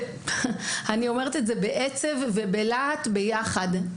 אני אומרת את זה בעצב, ובלהט ביחד.